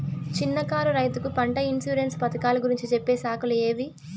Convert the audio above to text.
చిన్న కారు రైతుకు పంట ఇన్సూరెన్సు పథకాలు గురించి చెప్పే శాఖలు ఏవి?